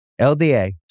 LDA